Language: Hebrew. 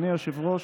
אדוני היושב-ראש,